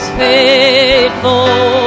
faithful